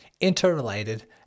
interrelated